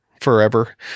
forever